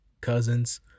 cousins